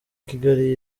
kigali